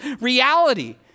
reality